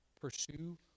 pursue